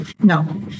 No